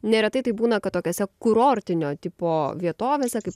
neretai būna kad tokiose kurortinio tipo vietovėse kaip